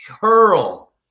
hurl